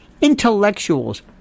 intellectuals